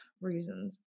reasons